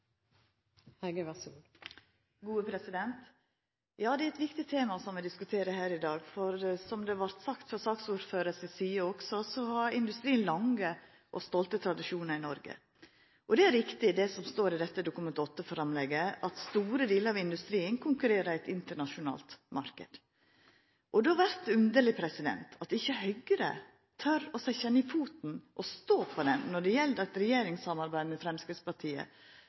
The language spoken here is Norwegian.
Det er eit viktig tema vi diskuterer her i dag, for som det vart sagt frå saksordførarens side, har industrien lange og stolte tradisjonar i Noreg. Det er riktig det som står i dette Dokument 8-framlegget, at store delar av industrien konkurrerer i ein internasjonalt marknad. Og då vert det underleg at ikkje Høgre tør å setja ned foten og stå på den når det gjeld at eit regjeringssamarbeid med Framstegspartiet